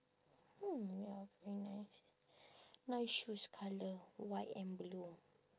hmm ya very nice nice shoes colour white and blue